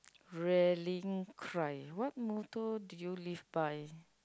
rallying cry what motto do you live by